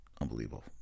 Unbelievable